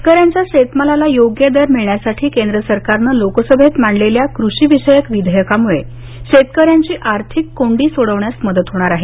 शेतकऱ्यांच्या शेतीमालाला योग्य दर मिळण्यासाठी केंद्र सरकारनं लोकसभेत मांडलेल्या कृषीविषयक विधेयकामुळे शेतकऱ्यांची आर्थिक कोंडी सोडवण्यास मदत होणार आहे